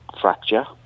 fracture